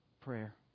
Prayer